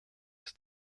ist